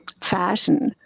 fashion